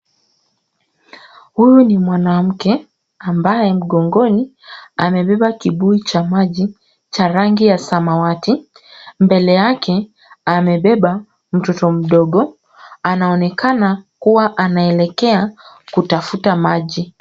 Huyu ni mwanamke ambaye mgongoni amebeba kibuyu cha maji cha rangi ya samawati. Mbele yake amebeba mtoto mdogo. Anaonekana kuwa anaelekea kutafuta maji.